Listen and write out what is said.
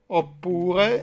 oppure